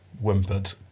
whimpered